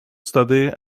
study